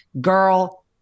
Girl